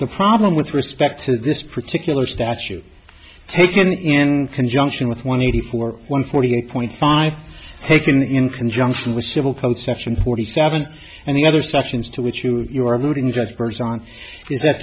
the problem with respect to this particular statute taken in conjunction with one eighty four one forty eight point five taken in conjunction with civil code section forty seven and the other sections to which you if you are moving got birds on is that